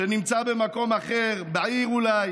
שנמצא במקום אחר, בעיר, אולי.